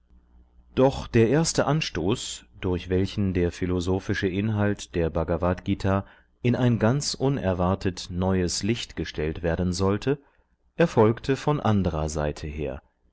doch der erste anstoß durch welchen der philosophische inhalt der bhagavadgt in ein ganz unerwartet neues licht gestellt werden sollte erfolgte von anderer seite her